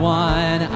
one